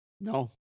No